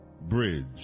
Bridge